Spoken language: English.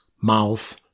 mouth